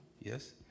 yes